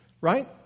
Right